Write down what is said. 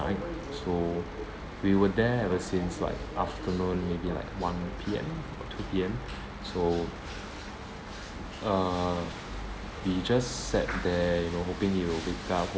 so we were there ever since like afternoon maybe like one P_M or two P_M so uh we just sat there you know hoping he would wake up hoping